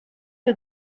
que